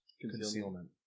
concealment